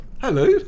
Hello